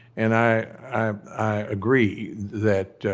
and i agree that